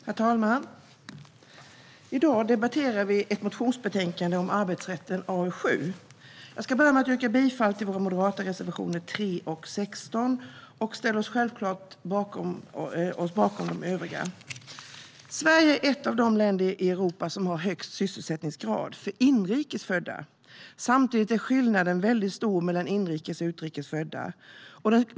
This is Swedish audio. Herr talman! I dag debatterar vi ett motionsbetänkande om arbetsrätten, AU7. Jag vill börja med att yrka bifall till våra moderata reservationer 3 och 16, men vi ställer oss självklart bakom även våra övriga. Sverige är ett av de länder i Europa som har högst sysselsättningsgrad för inrikes födda. Samtidigt är skillnaden stor mellan inrikes och utrikes födda.